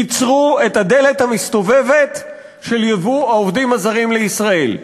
עִצרו את הדלת המסתובבת של ייבוא העובדים הזרים לישראל.